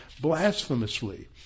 blasphemously